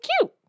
cute